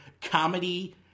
comedy